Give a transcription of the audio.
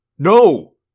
No